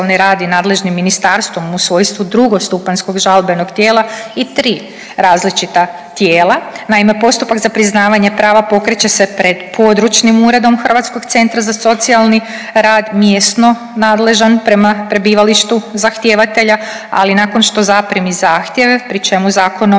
Hrvatskog zavoda za socijalni rad i nadležnim ministarstvom u svojstvu drugostupanjskog žalbenog tijela i tri različita tijela. naime, postupak za priznavanje prava pokreće se pred Područnim uredom Hrvatskog centra za socijalni rad, mjesno nadležan prema prebivalištu zahtjevatelja, ali nakon što zaprimi zahtjev pri čemu zakonom